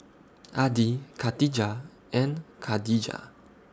Adi Katijah and Khadija